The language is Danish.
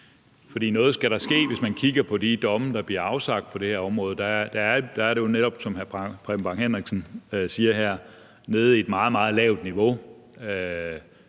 noget skal der ske, hvis man kigger på de domme, der bliver afsagt på det her område. Der er det jo netop, som hr. Preben Bang Henriksen siger her, nede på et meget, meget lavt niveau.